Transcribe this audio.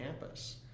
campus